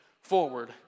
forward